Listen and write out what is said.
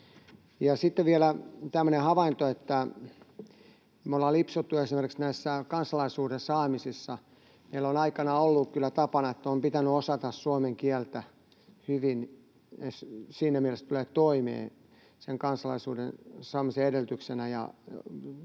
Sitten vielä tämmöinen havainto, että me ollaan lipsuttu esimerkiksi näissä kansalaisuuden saamisissa. Meillä on aikanaan ollut kyllä tapana, että on pitänyt osata suomen kieltä hyvin siinä mielessä, että tulee toimeen, sen kansalaisuuden saamisen edellytyksenä,